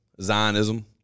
Zionism